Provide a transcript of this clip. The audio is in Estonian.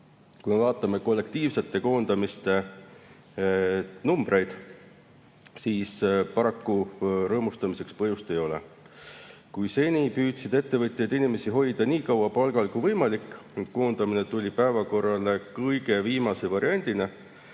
Kui me vaatame kollektiivsete koondamiste numbreid, siis paraku rõõmustamiseks põhjust ei ole. Kui seni püüdsid ettevõtjad hoida inimesi palgal nii kaua kui võimalik ning koondamine tuli päevakorrale kõige viimase variandina,